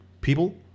people